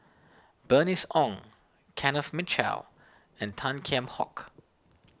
Bernice Ong Kenneth Mitchell and Tan Kheam Hock